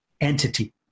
entity